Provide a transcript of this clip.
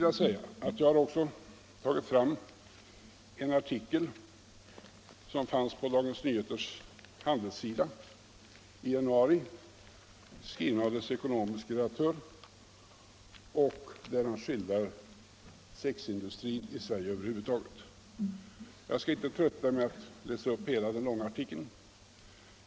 Jag har också tagit fram en artikel som publicerades på Dagens Nyheters handelssida i januari. Den är skriven av tidningens ekonomiske redaktör och skildrar sexindustrin i Sverige över huvud taget. Jag skall inte trötta med att läsa upp hela den långa artikeln.